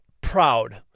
proud